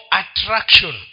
attraction